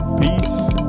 Peace